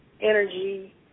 energy